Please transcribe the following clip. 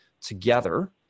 together